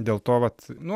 dėl to vat nu